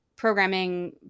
programming